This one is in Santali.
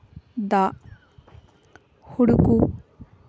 ᱫᱟᱜ ᱦᱩᱲᱩ ᱠᱚ